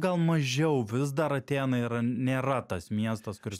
gal mažiau vis dar atėnai yra nėra tas miestas kuris